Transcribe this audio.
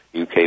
UK